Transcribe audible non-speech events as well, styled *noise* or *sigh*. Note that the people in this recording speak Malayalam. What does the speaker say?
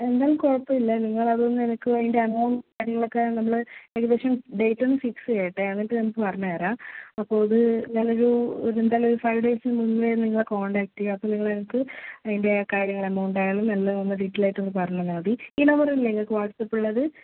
എന്തായാലും കുഴപ്പമില്ല നിങ്ങൾ അതൊന്ന് എനിക്ക് വേണ്ടി ആ *unintelligible* കാര്യങ്ങളൊക്കെ നമ്മൾ ഏകദേശം ഡേറ്റ് ഒന്ന് ഫിക്സ് ചെയ്യട്ടെ എന്നിട്ട് നിങ്ങൾക്ക് പറഞ്ഞ് തരാം അപ്പോൾ ഒരു ഞാനൊരു ഒരു എന്തായാലും ഒരു ഫൈവ് ഡെയ്സിന് മുമ്പേ നിങ്ങളെ കോൺടാക്റ്റ് ചെയ്യാം അപ്പോൾ നിങ്ങൾ എനിക്ക് അതിൻ്റെ കാര്യങ്ങൾ എമൗണ്ട് ആയാലും എല്ലാം ഒന്ന് ഡീറ്റെയിൽ ആയിട്ടൊന്ന് പറഞ്ഞ് തന്നാൽ മതി ഈ നമ്പർ അല്ലേ നിങ്ങൾക്ക് വാട്സ്ആപ്പ് ഉള്ളത്